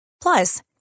Plus